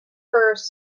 firs